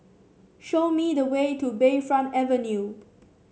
show me the way to Bayfront Avenue